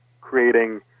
creating